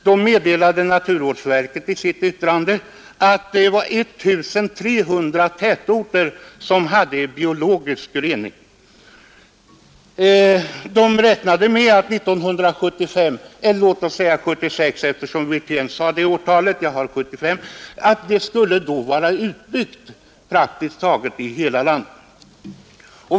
Då meddelade naturvårdsverket i sitt yttrande att det var 1 300 tätorter som hade biologisk rening. Verket räknade med att år 1975 — eller låt oss säga 1976 som herr Wirtén angav — skulle biologisk rening vara genomförd i praktiskt taget hela landet.